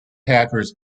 hackers